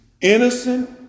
innocent